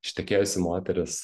ištekėjusi moteris